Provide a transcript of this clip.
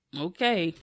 okay